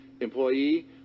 employee